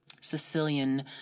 Sicilian